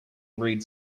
read